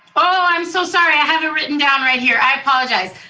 oh, i'm so sorry. i have it written down right here, i apologize.